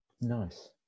nice